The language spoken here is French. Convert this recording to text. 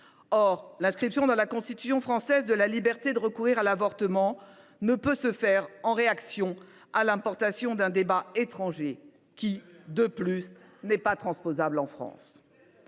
Or l’inscription dans la Constitution française de la liberté de recourir à l’avortement ne saurait se faire en réaction à l’importation d’un débat étranger,… Très bien !… qui, de plus, n’est pas transposable en France.